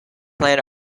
plant